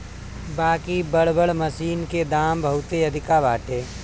बाकि बड़ बड़ मशीन के दाम बहुते अधिका बाटे